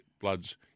bloods